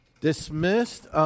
dismissed